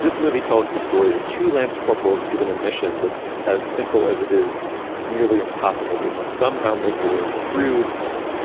this movie tells the story of two. lance corporal is given a mission that's as simple as it is nearly impossible. they must somehow make their way through